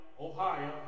Ohio